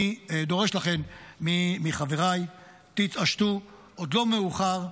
לכן אני דורש מחבריי: תתעשתו, עוד לא מאוחר,